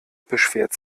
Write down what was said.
beschwert